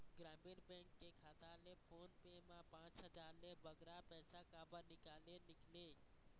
ग्रामीण बैंक के खाता ले फोन पे मा पांच हजार ले बगरा पैसा काबर निकाले निकले?